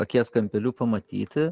akies kampeliu pamatyti